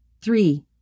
three